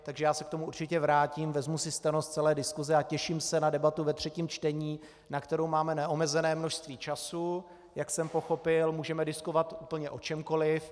Takže já se k tomu určitě vrátím, vezmu si steno z celé diskuse a těším se na debatu ve třetím čtení, na kterou máme neomezené množství času, jak jsem pochopil, a můžeme diskutovat úplně o čemkoliv.